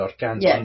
Yes